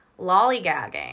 lollygagging